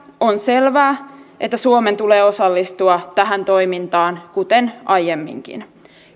on selvää että suomen tulee osallistua tähän toimintaan kuten aiemminkin